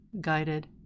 guided